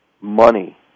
money